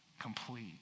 complete